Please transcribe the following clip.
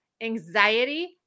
anxiety